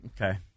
Okay